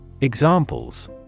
Examples